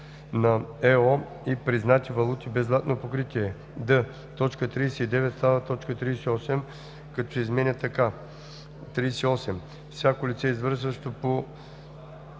на ЕО и признати валути без златно покритие;“ д) т. 39 става т. 38, като се изменя така: „38. всяко лице, извършващо по